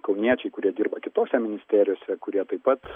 kauniečiai kurie dirba kitose ministerijose kurie taip pat